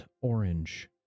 orange